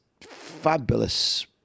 fabulous